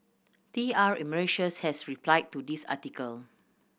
T R Emeritus has replied to this article